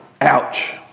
Ouch